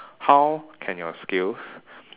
how can your skills